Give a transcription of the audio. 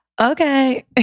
okay